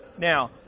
Now